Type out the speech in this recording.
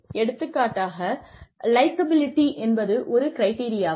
எடுத்துக்காட்டாக லைக்கபிலிட்டி என்பது ஒரு கிரிட்டெரியாவா